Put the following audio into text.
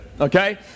okay